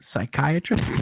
psychiatrist